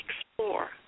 explore